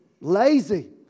lazy